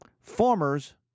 Farmers